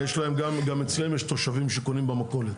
יש להם, גם אצלנו יש תושבים שקונים במכולת.